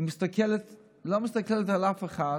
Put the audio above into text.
היא לא מסתכלת על אף אחד,